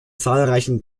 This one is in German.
zahlreichen